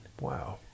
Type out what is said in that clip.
Wow